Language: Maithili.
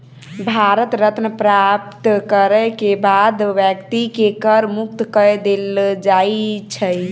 भारत रत्न प्राप्त करय के बाद व्यक्ति के कर मुक्त कय देल जाइ छै